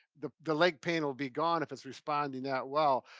the the leg pain will be gone if it's responding that well.